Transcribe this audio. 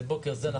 נכון לבוקר הזה,